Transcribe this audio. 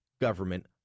government